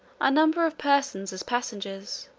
a number of persons as passengers,